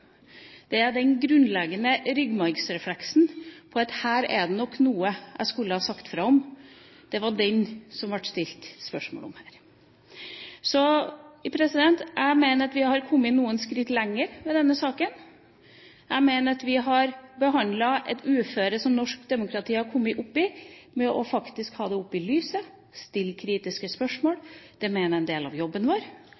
det ha ringt mange klokker. Det er den grunnleggende ryggmargsrefleksen, at her er det nok noe jeg skulle ha sagt fra om – det var den det ble stilt spørsmål om her. Jeg mener vi har kommet noen skritt lenger med denne saken. Jeg mener vi har behandlet et uføre som norsk demokrati har kommet opp i, med faktisk å ta det opp i lyset og stille kritiske spørsmål.